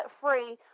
free